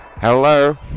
Hello